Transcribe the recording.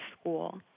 school